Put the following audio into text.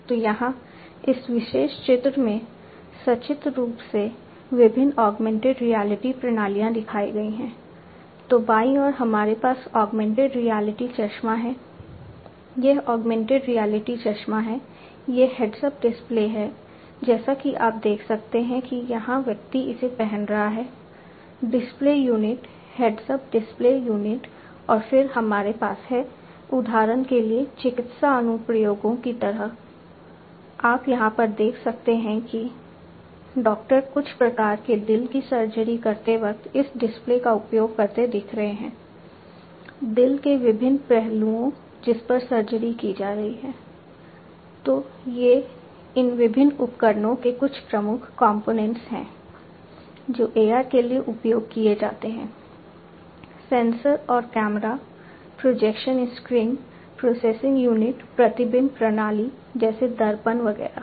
तो यहाँ इस विशेष चित्र में सचित्र रूप से विभिन्न ऑगमेंटेड रियलिटी हैं जो AR के लिए उपयोग किए जाते हैं सेंसर और camera projection screen processing unit प्रतिबिंब प्रणाली जैसे दर्पण वगैरह